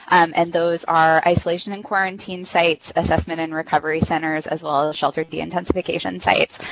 and those are isolation and quarantine sites, assessment and recovery centers, as well as shelter deintensification sites.